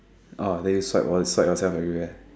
oh then you fight all side yourself everywhere